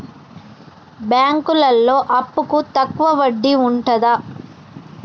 బ్యాంకులలో అప్పుకు తక్కువ వడ్డీ ఉంటదా?